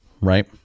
right